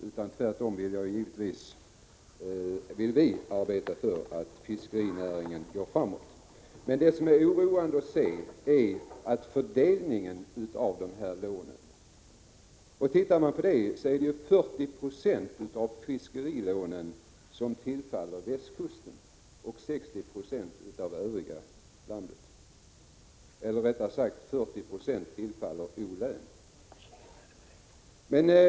1986/87:124 ringen går framåt, Jens Eriksson, men det som är oroande är fördelningenav 15 maj 1987 lånen. Tittar man närmare på den, ser man att 40 96 av fiskerilånen tillfaller västkusten och 60 96 det övriga landet. Rättare sagt: 40 9 tillfaller O-län.